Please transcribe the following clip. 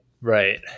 Right